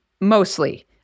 mostly